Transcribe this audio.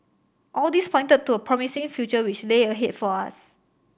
all this pointed to a promising future which lay ahead for us